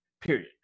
period